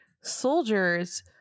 soldiers